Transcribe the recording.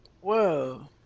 Whoa